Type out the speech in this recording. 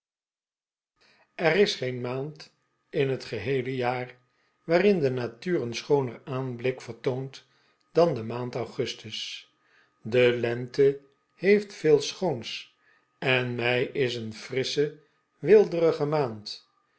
er is geen maand in net geheele jaar waarin de natuur een schooner aanblik vertoont dan de maand augustus de lente heeft veel schoons en mei is een frissche weelderige maand